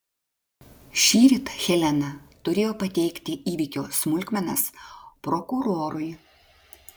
šįryt helena turėjo pateikti įvykio smulkmenas prokurorui